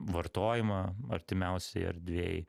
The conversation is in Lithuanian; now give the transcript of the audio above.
vartojimą artimiausioj erdvėj